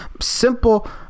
simple